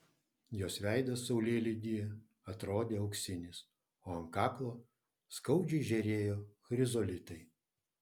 jos veidas saulėlydyje atrodė auksinis o ant kaklo skaudžiai žėrėjo chrizolitai